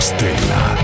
Stella